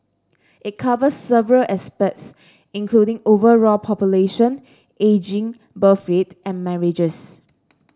it covers several aspects including overall population ageing birth rate and marriages